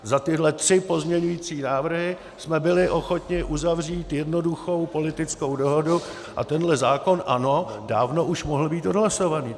Za tyhle tři pozměňovací návrhy jsme byli ochotni uzavřít jednoduchou politickou dohodu a tento zákon, ano, dávno už mohl být odhlasován.